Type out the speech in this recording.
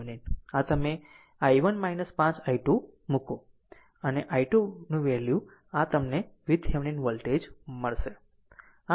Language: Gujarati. મૂકો આટલું અને i2 વેલ્યુ આ ખૂબ તમને VThevenin વોલ્ટેજ મળશે